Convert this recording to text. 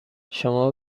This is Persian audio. شما